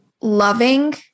loving